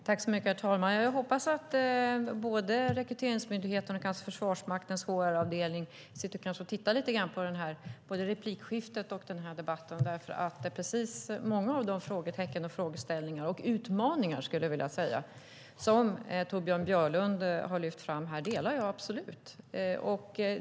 Herr talman! Jag hoppas att både Rekryteringsmyndigheten och Försvarsmaktens HR-avdelning kanske sitter och tittar lite grann på såväl det här replikskiftet som den här debatten. Många av de frågetecken och frågeställningar - och utmaningar, skulle jag vilja säga - som Torbjörn Björlund har lyft fram här delar jag nämligen absolut.